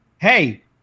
hey